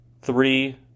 three